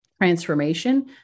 transformation